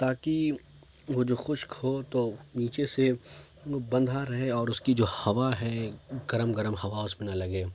تا کہ وہ جو خشک ہو تو نیچے سے بندھا رہے اور اس کی جو ہوا ہے گرم گرم ہوا اس پہ نہ لگے